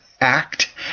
act